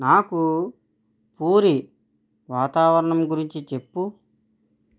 నాకు పూరీ వాతావరణం గురించి చెప్పు